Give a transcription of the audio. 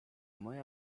moja